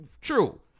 True